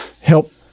help